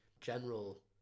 general